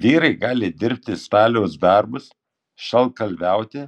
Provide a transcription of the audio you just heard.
vyrai gali dirbti staliaus darbus šaltkalviauti